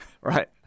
Right